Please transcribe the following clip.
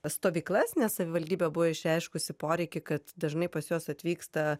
stovyklas nes savivaldybė buvo išreiškusi poreikį kad dažnai pas juos atvyksta